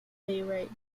playwright